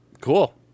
Cool